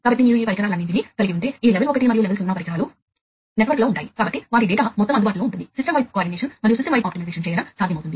కాబట్టి ఈ రేఖాచిత్రంలో కూడా మీరు పసుపు గీతల పొడవును ఆకుపచ్చ గీతలతో పోల్చినట్లయితే మీకు బస్సు లేదా రింగ్ రకమైన నెట్వర్క్ ప్లాంట్ అంతటా ఉంటే మీరు పొందగలిగే కేబులింగ్ ప్రయోజనాలను మీరు అర్థం చేసుకుంటారు